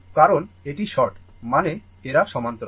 কারণ এটি শর্ট মানে এরা সমান্তরাল